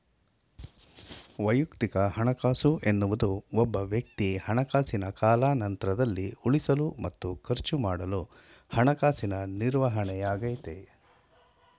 ವೈಯಕ್ತಿಕ ಹಣಕಾಸು ಎನ್ನುವುದು ಒಬ್ಬವ್ಯಕ್ತಿ ಹಣಕಾಸಿನ ಕಾಲಾನಂತ್ರದಲ್ಲಿ ಉಳಿಸಲು ಮತ್ತು ಖರ್ಚುಮಾಡಲು ಹಣಕಾಸಿನ ನಿರ್ವಹಣೆಯಾಗೈತೆ